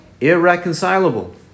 irreconcilable